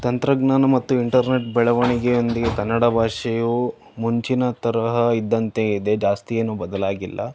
ತಂತ್ರಜ್ಞಾನ ಮತ್ತು ಇಂಟರ್ನೆಟ್ ಬೆಳವಣಿಗೆಯೊಂದಿಗೆ ಕನ್ನಡ ಭಾಷೆಯು ಮುಂಚಿನ ತರಹ ಇದ್ದಂತೆಯೇ ಇದೆ ಜಾಸ್ತಿ ಏನು ಬದಲಾಗಿಲ್ಲ